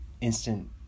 instant